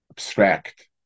abstract